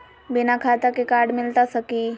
बिना खाता के कार्ड मिलता सकी?